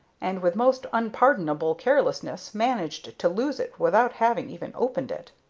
and, with most unpardonable carelessness, managed to lose it without having even opened it.